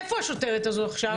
איפה השוטרת הזו עכשיו?